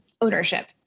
ownership